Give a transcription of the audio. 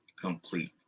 complete